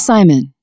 Simon